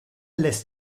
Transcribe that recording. lässt